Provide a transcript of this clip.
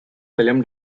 film